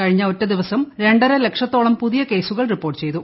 കഴിഞ്ഞ ഒറ്റദിവസം രണ്ടര ലക്ഷത്തോളം പുതിയ കേസുകൾ റിപ്പോർട്ട് ചെയ്തു